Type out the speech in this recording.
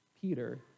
Peter